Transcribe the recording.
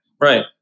right